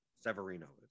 Severino